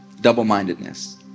double-mindedness